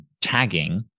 tagging